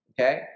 okay